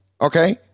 okay